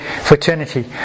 fraternity